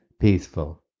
peaceful